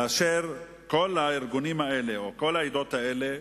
כאשר כל הארגונים האלה, או כל העדות האלה,